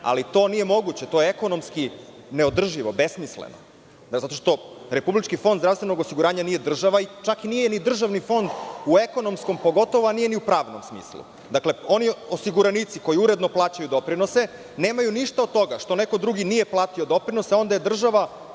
To nije moguće. To je ekonomski neodrživo, besmisleno. Republički fond zdravstvenog osiguranja nije država, čak nije ni državni fond u ekonomskom, a pogotovo nije u pravnom smislu. Oni osiguranici koji uredno plaćaju doprinose nemaju ništa od toga što neko drugi nije platio doprinose. Onda je država